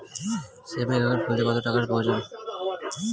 Savings account খুলতে কত টাকার প্রয়োজন?